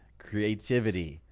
creativity,